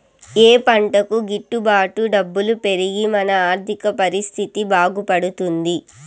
ఏ పంటకు గిట్టు బాటు డబ్బులు పెరిగి మన ఆర్థిక పరిస్థితి బాగుపడుతుంది?